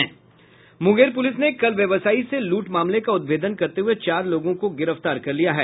Munger police ने कल व्यवसायी से लूट मामले का उद्भेदन करते हुए चार लोगों को गिरफ्तार कर लिया है